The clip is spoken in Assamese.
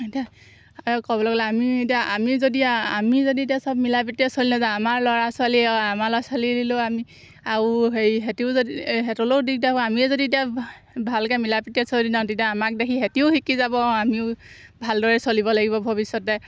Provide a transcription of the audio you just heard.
এতিয়া আৰু ক'বলৈ গ'লে আমিও এতিয়া আমি যদি আমি যদি এতিয়া চব মিলা প্ৰীতিৰে চলি নাযাওঁ আমাৰ ল'ৰা ছোৱালী আমাৰ ল'ৰা ছোৱালীলৈও আমি আৰু হেৰি সিহঁতিও যদি সিহঁতলৈও দিগদাৰ হ'ব আমি যদি এতিয়া ভালকৈ মিলা প্ৰীতিৰে চলি যাওঁ তেতিয়া আমাক দেখি সিহঁতিও শিকি যাব অঁ আমিও ভালদৰে চলিব লাগিব ভৱিষ্যতে